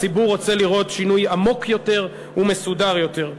הציבור רוצה לראות שינוי עמוק יותר ומסודר יותר.